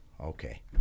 Okay